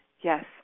yes